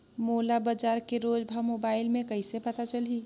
मोला बजार के रोज भाव मोबाइल मे कइसे पता चलही?